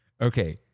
okay